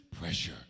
Pressure